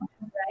right